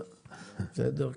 בסדר?